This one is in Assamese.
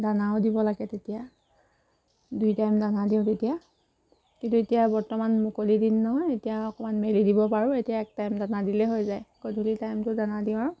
দানাও দিব লাগে তেতিয়া দুই টাইম দানা দিওঁ তেতিয়া কিন্তু এতিয়া বৰ্তমান মুকলি দিন নহয় এতিয়া অকণমান মেলি দিব পাৰোঁ এতিয়া এক টাইম দানা দিলেই হৈ যায় গধূলি টাইমটোত দানা দিওঁ আৰু